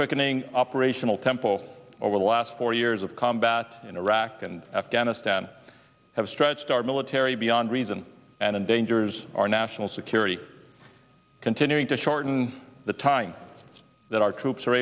quickening operational tempo over the last four years of combat in iraq and afghanistan have stretched our military beyond reason and endangers our national security continuing to shorten the time that our troops are